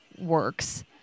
works